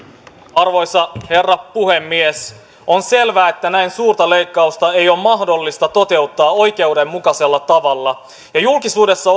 arvoisa herra puhemies on selvää että näin suurta leikkausta ei ole mahdollista toteuttaa oikeudenmukaisella tavalla julkisuudessa